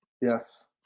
Yes